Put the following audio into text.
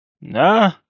Nah